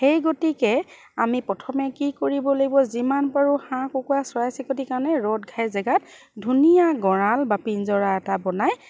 সেই গতিকে আমি প্ৰথমে কি কৰিব লাগিব যিমান পাৰোঁ হাঁহ কুকুৰা চৰাই চিৰিকটি কাৰণে ৰ'দ খাই জেগাত ধুনীয়া গঁৰাল বা পিঞ্জৰা এটা বনাই